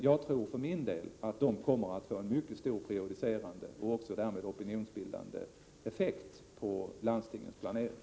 För min del tror jag att de kommer att få en mycket stor prejudicerande — och därmed också en opinionsbildande — effekt på landstingens planering.